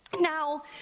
Now